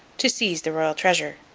to seize the royal treasure.